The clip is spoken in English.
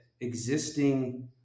existing